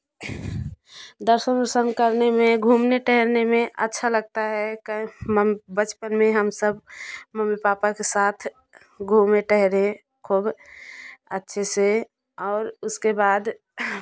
दर्शन वर्शन करने में घूमने टहलने में अच्छा लगता है कै बचपन में हम सब मम्मी पापा के साथ घूमे टहले खूब अच्छे से और उसके बाद